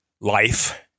life